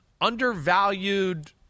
undervalued